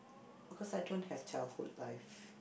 because I don't have childhood life